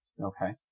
Okay